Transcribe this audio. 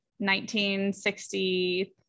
1960